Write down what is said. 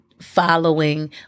following